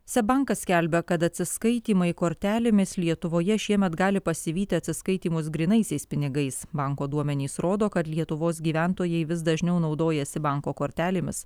seb bankas skelbia kad atsiskaitymai kortelėmis lietuvoje šiemet gali pasivyti atsiskaitymus grynaisiais pinigais banko duomenys rodo kad lietuvos gyventojai vis dažniau naudojasi banko kortelėmis